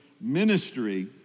Ministry